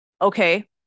Okay